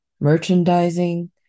merchandising